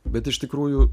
bet iš tikrųjų